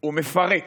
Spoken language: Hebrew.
הוא מפרק.